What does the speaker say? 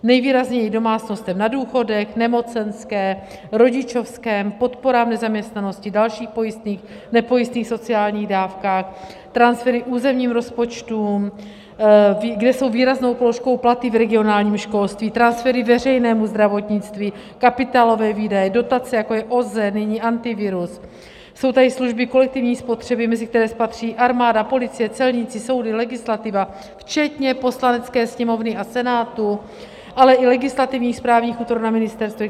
Nejvýrazněji domácnostem, na důchodech, nemocenské, rodičovském, podporám v nezaměstnanosti, v dalších pojistných, nepojistných sociálních dávkách, transfery územním rozpočtům, kde jsou výraznou položkou platy v regionálním školství, transfery veřejnému zdravotnictví, kapitálové výdaje, dotace, jako je OZE, nyní Antivirus, jsou tady služby kolektivní spotřeby, mezi které patří armáda, policie, celníci, soudy, legislativa včetně Poslanecké sněmovny a Senátu, ale i legislativní a správní útvar na ministerstvech.